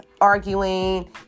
arguing